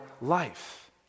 life